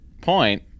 point